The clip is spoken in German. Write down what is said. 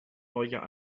neujahr